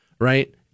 right